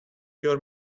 your